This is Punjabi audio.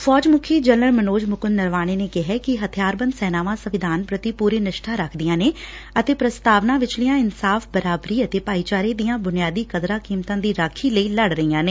ਫੌਜ ਮੁੱਖੀ ਜਨਰਲ ਮਨੋਜ ਮੁਕੁੰਦ ਨਰਵਾਣੇ ਨੇ ਕਿਹੈ ਕਿ ਹਥਿਆਰਬੰਦ ਸੈਨਾਵਾਂ ਸੰਵਿਧਾਨ ਪੂਡੀ ਪੂਰੀ ਨਿਸ਼ਠਾ ਰੱਖਦੀਆਂ ਨੇ ਅਤੇ ਪ੍ਰਸਤਾਵਨਾ ਵਿਚਲੀਆਂ ਇਨਸਾਫ਼ ਬਰਾਬਰੀ ਅਤੇ ਭਾਈਚਾਰੇ ਦੀਆਂ ਬੁਨਿਆਦੀ ਕਦਰਾਂ ਕੀਮਤਾ ਦੀ ਰਾਖੀ ਲਈ ਲੜ ਰਹੀਆਂ ਨੇ